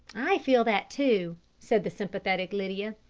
i feel that, too, said the sympathetic lydia.